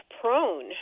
prone